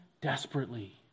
desperately